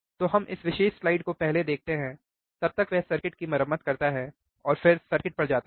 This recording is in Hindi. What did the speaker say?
तो हम इस विशेष स्लाइड को पहले देखते हैं तब तक वह सर्किट की मरम्मत करता है और फिर हम सर्किट पर जाते हैं